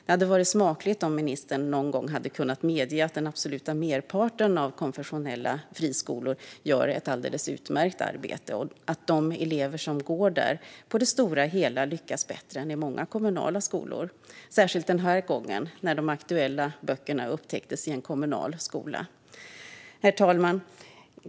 Det hade varit smakfullt om ministern någon gång hade kunnat medge att den absoluta merparten av konfessionella friskolor gör ett alldeles utmärkt arbete och att de elever som går där på det stora hela lyckas bättre än elever i många kommunala skolor - särskilt den här gången, när de aktuella böckerna upptäcktes i en kommunal skola. Herr talman!